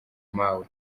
mawe